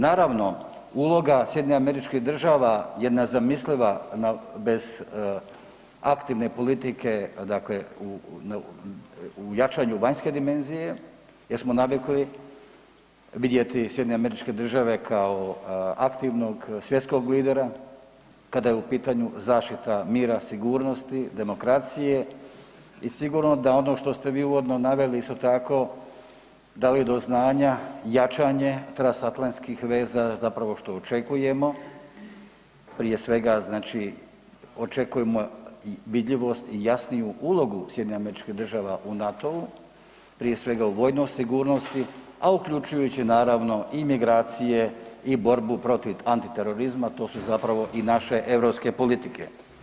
Naravno, uloga SAD-a je nezamisliva bez aktivne politike dakle u jačanju vanjske dimenzije jer smo navikli vidjeti SAD kao aktivnog svjetskog lidera kada je u pitanju zaštita mira, sigurnosti, demokracije i sigurno da ono što ste vi uvodno naveli isto tako, dali do znanja jačanje transatlantskih veza zapravo što očekujemo, prije svega znači očekujemo vidljivost i jasniju ulogu SAD-a u NATO-u, prije svega u vojnoj sigurnosti, a uključujući naravno i migracije i borbu protiv antiterorizma, to su zapravo i naše europske politike.